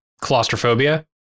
claustrophobia